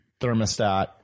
thermostat